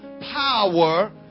power